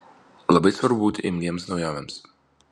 labai svarbu būti imliems naujovėms